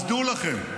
אז דעו לכם,